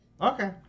okay